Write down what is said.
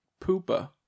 Poopa